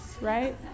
right